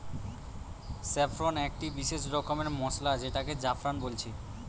saffron একটি বিসেস রকমের মসলা যেটাকে জাফরান বলছে